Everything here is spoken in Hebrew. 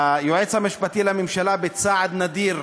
היועץ המשפטי לממשלה, בצעד נדיר,